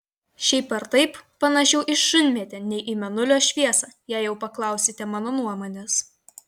šiaip ar taip panašiau į šunmėtę nei į mėnulio šviesą jei jau paklausite mano nuomonės